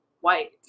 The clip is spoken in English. white